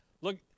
Look